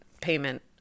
payment